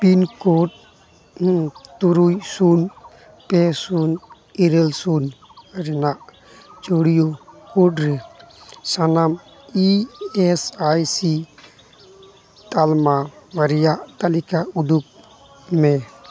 pin code ᱛᱩᱨᱩᱭ ᱥᱩᱱ ᱯᱮ ᱥᱩᱱ ᱤᱨᱟᱹᱞ ᱥᱩᱱ ᱨᱮᱱᱟᱜ ᱪᱩᱲᱤᱭᱟᱹ ᱠᱳᱰᱨᱮ ᱥᱟᱱᱟᱢ ᱤ ᱮᱥ ᱟᱭ ᱥᱤ ᱛᱟᱞᱢᱟ ᱨᱮᱭᱟᱜ ᱛᱟᱞᱤᱠᱟ ᱩᱫᱩᱜᱽ ᱢᱮ